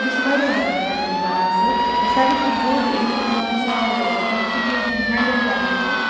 بہٕ چھَس واریاہ زیادٕ ہٮ۪نٛڈٕل کَران سُہ ساروے کھۄتہٕ بوٚڑ یُس مےٚ باسیٛاو کانٛہہ سُچویشَن ہٮ۪نٛڈٕل کَرٕنۍ چھِ